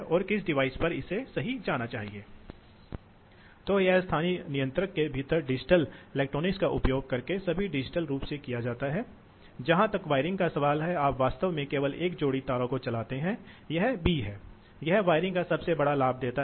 तो आप ऐसा कैसे करते हैं इसलिए आम तौर पर ऐसा होता है यह एक विशिष्ट मामला है हम इसे सिस्टम लोड प्रोफ़ाइल कह रहे हैं जिसका अर्थ है कि जिस प्रणाली से हमने जोड़ा है लोड कैसे करते हैं हम आपका लोड से क्या मतलब है हमारा मतलब प्रवाह की दर से है